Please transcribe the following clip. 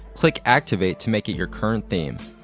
click activate to make it your current theme.